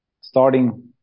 starting